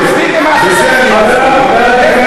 האמת שאין גבול.